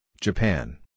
Japan